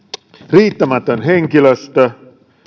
riittämätön henkilöstö